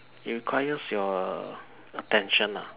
it requires your attention lah